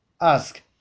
ask